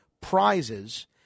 prizes